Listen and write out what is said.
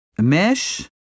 Mesh